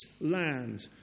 land